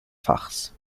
fachs